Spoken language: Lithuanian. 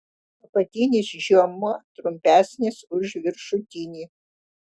apatinis žiomuo trumpesnis už viršutinį